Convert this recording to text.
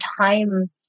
time